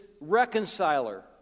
reconciler